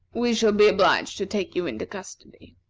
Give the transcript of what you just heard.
we shall be obliged to take you into custody.